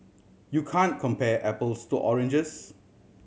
you can compare apples to oranges